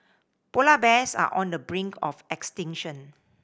polar bears are on the brink of extinction